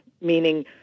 meaning